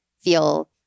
feel